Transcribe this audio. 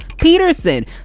Peterson